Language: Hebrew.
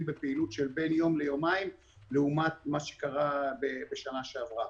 בפעילות של בין יום ליומיים לעומת מה שקרה בשנה שעברה.